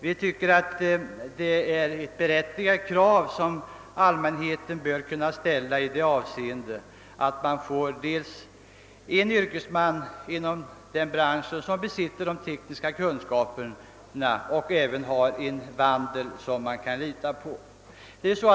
De krav i detta hänseende som allmänheten bör kunna ställa är berättigade.